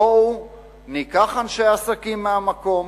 בואו ניקח אנשי עסקים מהמקום,